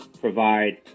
provide